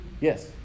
yes